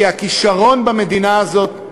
כי הכישרון במדינה הזאת הוא